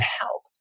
help